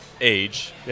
age